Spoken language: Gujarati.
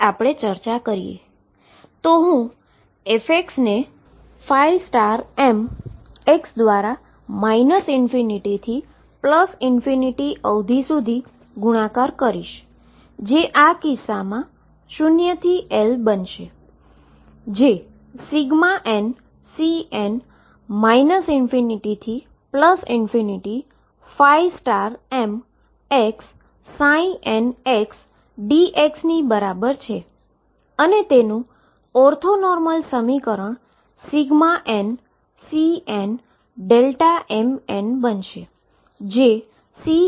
તો હું f ને m દ્વારા ∞ થી અવધી સુધી ગુણાકાર કરીશ જે આ કિસ્સામાં 0 થી L બને છે જે nCn ∞mxndx ની બરાબર છે અને તેનુ ઓર્થો નોર્મલ સમીકરણ nCnmn બને છે જે બરાબર Cm બરાબર થાય છે